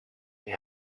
they